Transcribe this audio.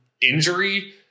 injury